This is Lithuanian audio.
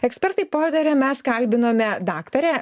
ekspertai pataria mes kalbinome daktarę